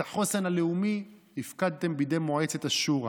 את החוסן הלאומי הפקדתם בידי מועצת השורא,